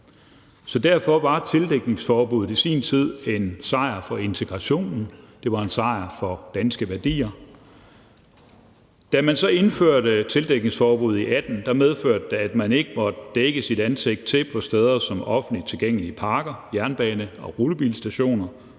Derfor var tildækningsforbuddet i sin tid en sejr for integrationen. Det var en sejr for danske værdier. Da man indførte tildækningsforbuddet i 2018, medførte det, at man ikke måtte dække sit ansigt til på steder som offentligt tilgængelige parker, jernbane- og rutebilstationer,